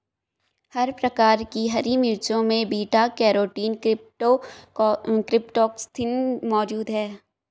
हर प्रकार की हरी मिर्चों में बीटा कैरोटीन क्रीप्टोक्सान्थिन मौजूद हैं